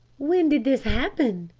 when did this happen?